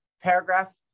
paragraph